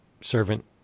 servant